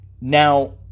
Now